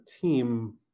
team